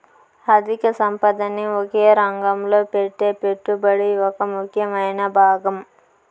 అధిక సంపదని ఒకే రంగంలో పెట్టే పెట్టుబడి ఒక ముఖ్యమైన భాగం